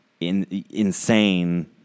insane